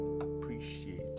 appreciate